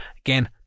Again